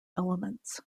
elements